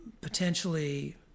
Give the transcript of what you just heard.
potentially